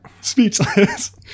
Speechless